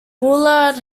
bullard